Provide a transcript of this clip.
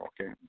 okay